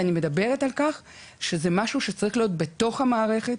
אני מדברת על משהו שצריך להיות מוטמע בתוך המערכת,